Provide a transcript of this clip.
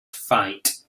fight